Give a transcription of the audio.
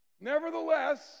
nevertheless